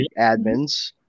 admins